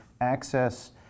access